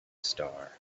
star